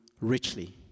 richly